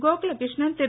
Gokula Krishnan Thiru